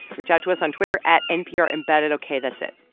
reach out to us on twitter at nprembedded. ok. that's it.